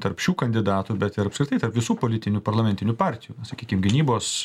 tarp šių kandidatų bet ir apskritai tarp visų politinių parlamentinių partijų sakykim gynybos